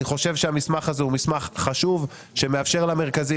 אני חושב שהמסמך הזה הוא מסמך חשוב שמאפשר למרכזים